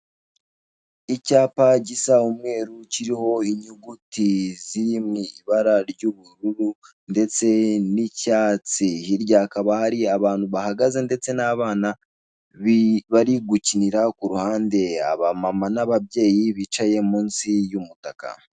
Icyapa gisa umweru kiriho inyuguti ziri mu ibara ry'ubururu ndetse n'icyatsi, hirya hakaba hari abantu bahagaze ndetse n'abana bari gukinira ku ruhande, abamama n'ababyeyi bicaye munsi y'umutaka.